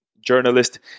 journalist